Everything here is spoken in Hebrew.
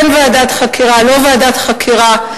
כן ועדת חקירה או לא ועדת חקירה,